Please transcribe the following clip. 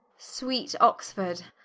sweet oxford,